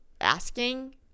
asking